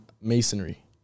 masonry